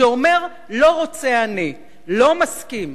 שאומר: לא רוצה אני, לא מסכים,